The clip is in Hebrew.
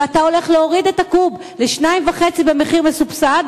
ואתה הולך להוריד את הקוב ל-2.5 במחיר מסובסד,